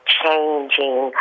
changing